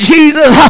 Jesus